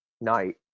night